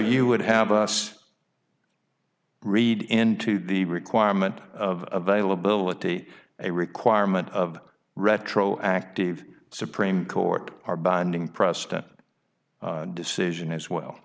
you would have us read into the requirement of availability a requirement of retroactive supreme court are binding precedent decision as well